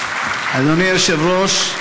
אדוני היושב-ראש,